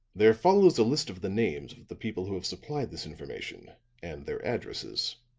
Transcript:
there follows a list of the names of the people who have supplied this information and their addresses,